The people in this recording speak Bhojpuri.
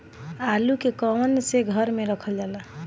आलू के कवन से घर मे रखल जाला?